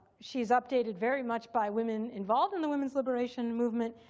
she's updated very much by women involved in the women's liberation movement.